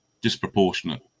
disproportionate